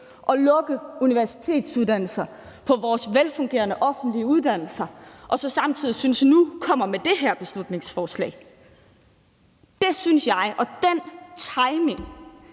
at lukke universitetsuddannelser på vores velfungerende offentlige uddannelser, og så samtidig komme med det her beslutningsforslag nu? Den timing